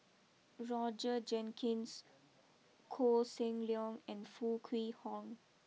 Roger Jenkins Koh Seng Leong and Foo Kwee Horng